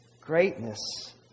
Greatness